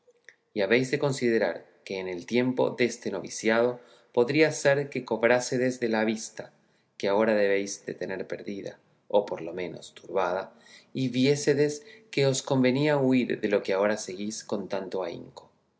y habéis de considerar que en el tiempo deste noviciado podría ser que cobrásedes la vista que ahora debéis de tener perdida o por lo menos turbada y viésedes que os convenía huir de lo que ahora seguís con tanto ahínco